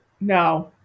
No